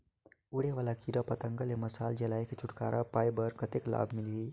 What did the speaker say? उड़े वाला कीरा पतंगा ले मशाल जलाय के छुटकारा पाय बर कतेक लाभ मिलही?